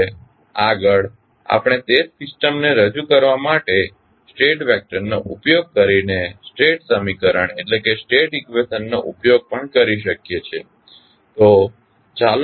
હવે આગળ આપણે તે જ સિસ્ટમને રજુ કરવા માટે સ્ટેટ વેક્ટર નો ઉપયોગ કરીને સ્ટેટ સમીકરણ નો ઉપયોગ પણ કરી શકીએ છીએ